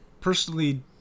personally